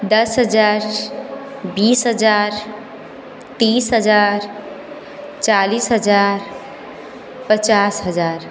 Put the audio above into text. दस हज़ार बीस हज़ार तीस हज़ार चालीस हज़ार पचास हज़ार